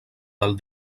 del